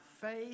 faith